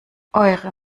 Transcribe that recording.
eure